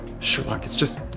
sherlock, it's just,